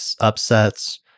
upsets